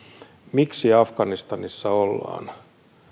miksi afganistanissa ollaan